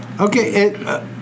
Okay